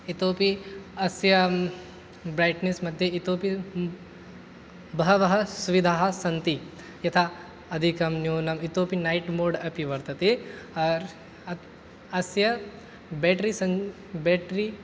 इतोऽपि अस्य ब्रैट्नेस् मध्ये इतोऽपि बहवः सुविधाः सन्ति यथा अधिकं न्यूनं इतोऽपि नैट् मोड् अपि वर्तते अस्य बेट्री बेट्री